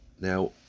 Now